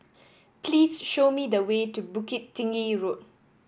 please show me the way to Bukit Tinggi Road